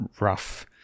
rough